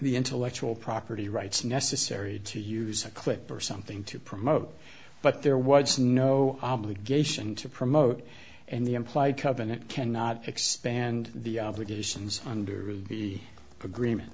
the intellectual property rights necessary to use a clip or something to promote but there was no obligation to promote and the implied covenant cannot expand the obligations under the agreement